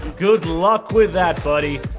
good luck with that, buddy.